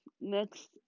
next